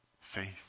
Faith